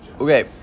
Okay